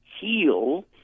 heal